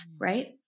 right